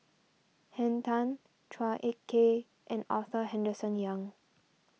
Henn Tan Chua Ek Kay and Arthur Henderson Young